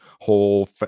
whole